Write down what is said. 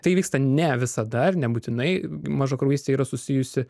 tai vyksta ne visada ir nebūtinai mažakraujystė yra susijusi